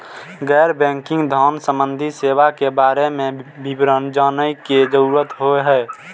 गैर बैंकिंग धान सम्बन्धी सेवा के बारे में विवरण जानय के जरुरत होय हय?